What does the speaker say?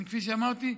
כפי שאמרתי,